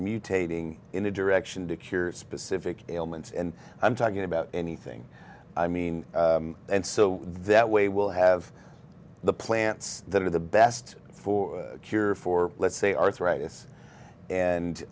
mutating in a direction to cure specific ailments and i'm talking about anything i mean and so that way we'll have the plants that are the best for cure for let's say arthritis and